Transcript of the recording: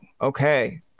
okay